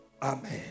Amen